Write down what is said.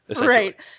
Right